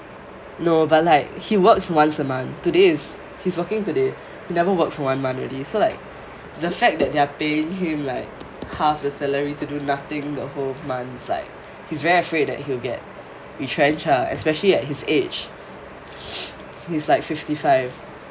no but like he works once a month today is he is working today he never work for one month already so like the fact that they are paying him like half the salary to do nothing the whole month is like he is very afraid that he will get retrench lah especially at his age he is like fifty five